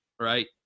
Right